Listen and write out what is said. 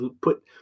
put